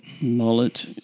Mullet